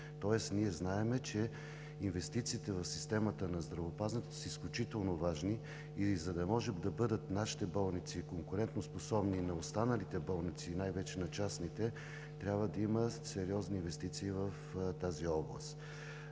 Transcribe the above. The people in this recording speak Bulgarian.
Тоест ние знаем, че инвестициите в системата на здравеопазването са изключително важни и за да могат нашите болници да бъдат конкурентоспособни на останалите болници – най-вече на частните, трябва да има сериозни инвестиции в тази област.